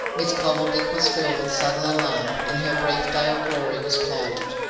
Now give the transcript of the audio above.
miss cobbledick was filled with sudden alarm, and her brief day of glory was clouded.